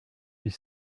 huit